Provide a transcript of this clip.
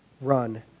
run